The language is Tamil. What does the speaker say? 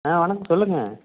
ஆ வணக்கம் சொல்லுங்க